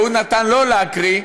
ההוא נתן לו להקריא,